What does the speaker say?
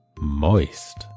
moist